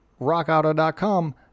rockauto.com